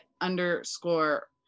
underscore